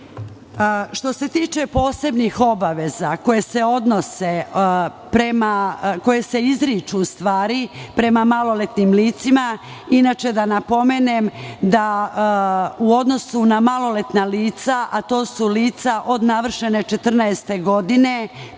se tiče posebnih obaveza koje se izriču prema maloletnim licima, da napomenem da u odnosu na maloletna lica, a to su lica od navršene četrnaeste godine